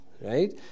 right